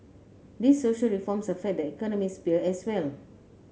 these social reforms affect the economic sphere as well